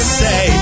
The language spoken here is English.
say